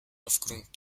aufgrund